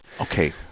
Okay